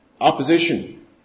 opposition